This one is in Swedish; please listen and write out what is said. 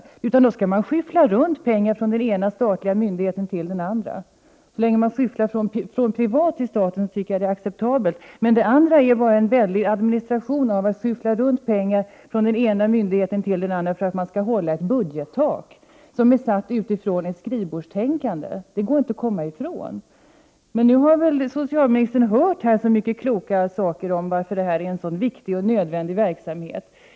Det innebär att pengar skall skyfflas runt från den ena statliga myndigheten till den andra. Så länge man skyfflar dem från privata intressenter till staten tycker jag att det är acceptabelt, men att upprätthålla en väldig administration för att skyffla pengar från den ena myndigheten till den andra för att hålla ett budgettak som satts på grundval av ett skrivbordstänkande är inte bra. Men nu har socialministern här hört många kloka ord om varför den rättsmedicinska verksamheten är så viktig och nödvändig.